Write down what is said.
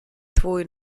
tvůj